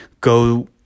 go